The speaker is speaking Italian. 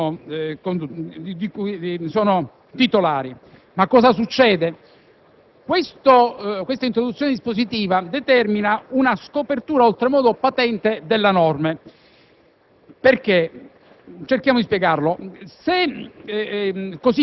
del contratto di locazione di cui sono titolari. Ma cosa succede? Questa introduzione dispositiva determina una scopertura oltremodo patente delle norme.